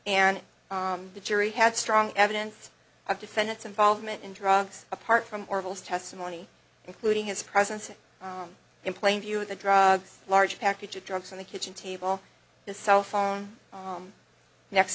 and the jury had strong evidence of defendant's involvement in drugs apart from testimony including his presence and in plain view the drugs large package of drugs on the kitchen table the cell phone next